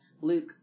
Luke